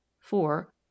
Four